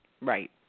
Right